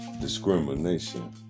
discrimination